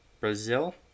Brazil